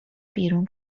بیرون